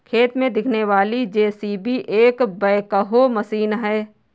खेत में दिखने वाली जे.सी.बी एक बैकहो मशीन है